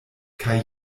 kaj